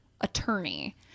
attorney